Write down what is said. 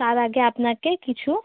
তার আগে আপনাকে কিছু